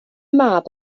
mab